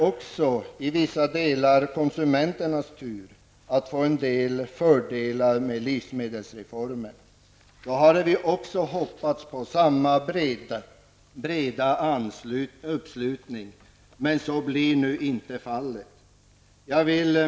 Nu när det är konsumenternas tur att få del av fördelarna med livsmedelsreformen hade vi hoppats på samma breda uppslutning. Men så blev inte fallet.